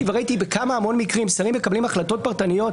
וראיתי בכמה המון מקרים שרים מקבלים החלטות פרטניות,